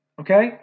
Okay